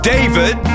David